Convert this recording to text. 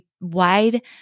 wide